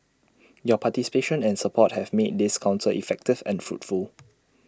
your participation and support have made this Council effective and fruitful